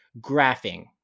graphing